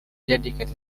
dedicated